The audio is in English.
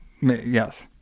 yes